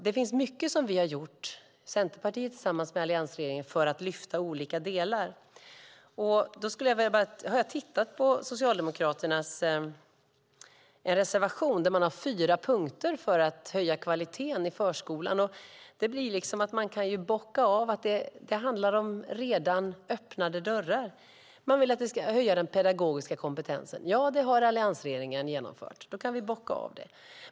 Det finns mycket som Centerpartiet har gjort tillsammans med alliansregeringen för att lyfta fram olika delar. Jag har tittat på en av Socialdemokraternas reservation där de har fyra punkter för att höja kvaliteten i förskolan. Vi kan bocka av dem. Det handlar om redan öppnade dörrar. Man vill att den pedagogiska kompetensen ska höjas. Det har alliansregeringen genomfört. Då kan vi bocka av det.